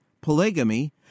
polygamy